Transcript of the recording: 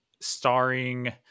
starring